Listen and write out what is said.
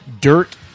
dirt